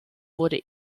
wurde